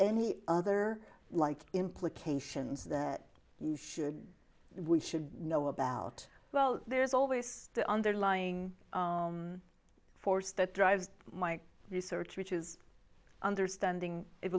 any other like implications that should we should know about well there's always the underlying force that drives my research which is understanding